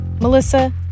Melissa